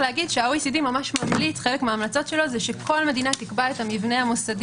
חלק מההמלצות של ה-OECD שכל מדינה תקבע את המבנה המוסדי